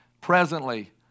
Presently